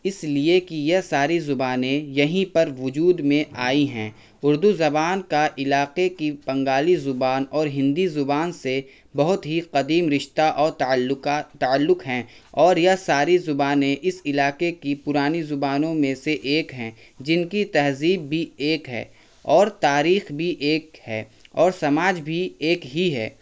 اس لیے کہ یہ ساری زبانیں یہیں پر وجود میں آئی ہیں اردو زبان کا علاقے کی بنگالی زبان اور ہندی زبان سے بہت ہی قدیم رشتہ اور تعلق تعلق ہیں اور یہ ساری زبانیں اس علاقے کی پرانی زبانوں میں سے ایک ہیں جن کی تہذیب بھی ایک ہے اور تاریخ بھی ایک ہے اور سماج بھی ایک ہی ہے